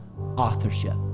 authorship